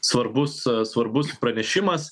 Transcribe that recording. svarbus svarbus pranešimas